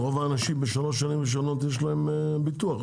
רוב האנשים בשלוש השנים הראשונות יש להם ביטוח,